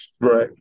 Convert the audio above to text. Right